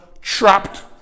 trapped